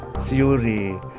theory